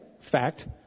fact